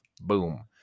Boom